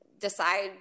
decide